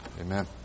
Amen